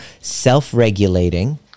self-regulating